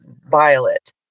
Violet